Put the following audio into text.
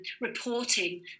reporting